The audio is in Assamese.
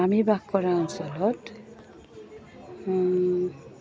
আমি বাস কৰা অঞ্চলত